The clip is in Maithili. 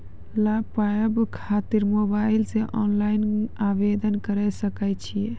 लाभ पाबय खातिर मोबाइल से ऑनलाइन आवेदन करें सकय छियै?